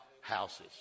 houses